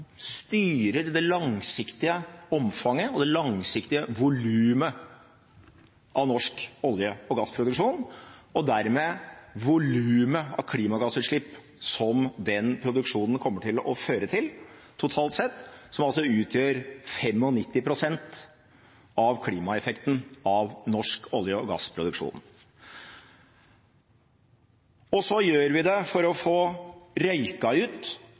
styrer det langsiktige omfanget og det langsiktige volumet av norsk olje- og gassproduksjon og dermed volumet av klimagassutslipp som den produksjonen totalt sett kommer til å føre til, som altså utgjør 95 pst. av klimaeffekten av norsk olje- og gassproduksjon. Og så gjør vi det for å få røyket ut